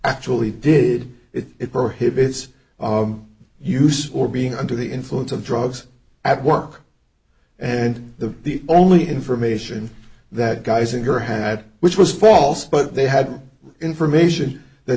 actually did it prohibits use or being under the influence of drugs at work and the the only information that guys in here had which was false but they had information that